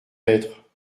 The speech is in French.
être